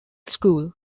school